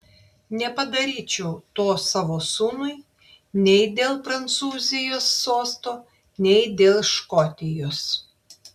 nepadaryčiau to savo sūnui nei dėl prancūzijos sosto nei dėl škotijos